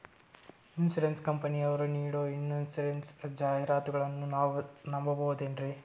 Insurance ಕಂಪನಿಯರು ನೀಡೋ insurance ಜಾಹಿರಾತುಗಳನ್ನು ನಾವು ನಂಬಹುದೇನ್ರಿ?